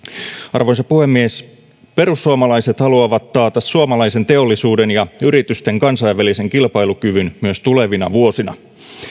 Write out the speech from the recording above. arvoisa puhemies perussuomalaiset haluavat taata suomalaisen teollisuuden ja yritysten kansainvälisen kilpailukyvyn myös tulevina vuosina